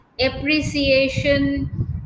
appreciation